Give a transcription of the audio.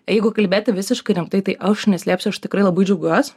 jeigu kalbėti visiškai rimtai tai aš neslėpsiu aš tikrai labai džiaugiuos